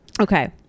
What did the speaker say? Okay